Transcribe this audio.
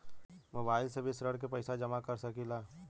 Mobile से भी ऋण के पैसा जमा कर सकी ला?